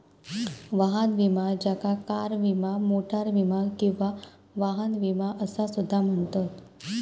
वाहन विमा ज्याका कार विमा, मोटार विमा किंवा वाहन विमा असा सुद्धा म्हणतत